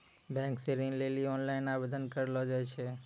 bank से ऋण लै लेली ओनलाइन आवेदन करलो जाय छै